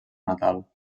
natal